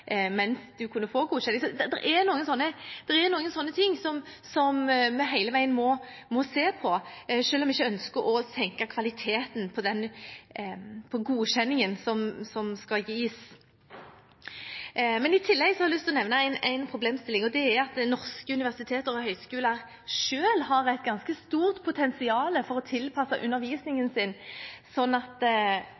mens utdannelsen ennå var godkjent. Det er slike ting vi hele veien må se på, selv om vi ikke ønsker å senke kvaliteten på godkjenningen som gis. I tillegg har jeg lyst til å nevne én problemstilling, og det er at norske universiteter og høyskoler selv har et ganske stort potensial for å tilpasse undervisningen